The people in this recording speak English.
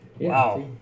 Wow